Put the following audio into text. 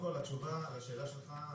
התשובה לשאלה שלך,